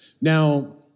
Now